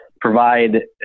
provide